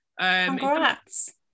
Congrats